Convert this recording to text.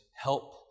help